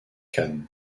khan